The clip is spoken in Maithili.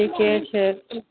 ठिके छै